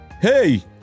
hey